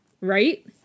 right